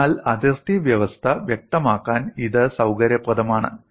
അതിനാൽ അതിർത്തി വ്യവസ്ഥ വ്യക്തമാക്കാൻ ഇത് സൌകര്യപ്രദമാണ്